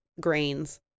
grains